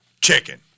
chicken